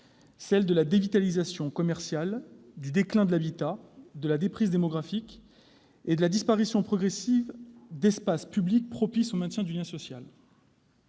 celle de la dévitalisation commerciale, du déclin de l'habitat, de la déprise démographique et de la disparition progressive d'espaces publics propices au maintien du lien social.